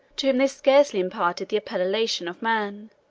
to whom they scarcely imparted the appellation of men.